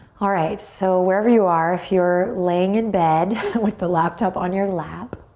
alright, so wherever you are, if you're laying in bed with the laptop on your lap